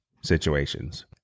situations